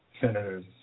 senators